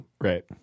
Right